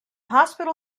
hospital